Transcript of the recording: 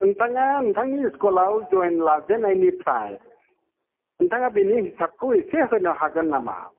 नोंथाङा नोंथांनि स्कुलाव जयेन लाजेननायनिफ्राय नोंथाङा बेनि हिसाबखौ एसे होनो हागोन नामा